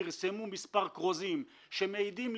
פרסמו מספר כרוזים שמעידים,